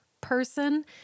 person